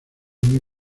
muy